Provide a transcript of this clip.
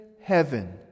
heaven